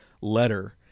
letter